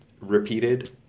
repeated